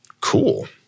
Cool